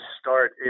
start